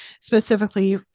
specifically